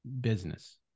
business